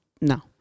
No